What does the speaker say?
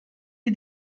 sie